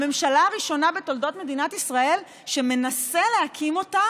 הממשלה הראשונה בתולדות מדינת ישראל שמנסה להקים אותה